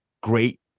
great